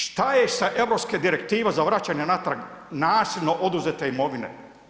Šta je sa Europske direktiva za vraćanje natrag nasilno oduzete imovine?